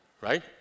right